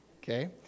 Okay